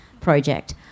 project